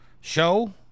show